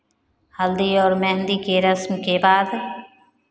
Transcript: हल्दी और मेहंदी की रस्म के बाद